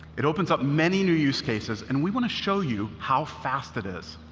it opens up many new use cases. and we want to show you how fast it is.